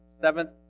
seventh